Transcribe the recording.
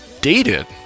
dated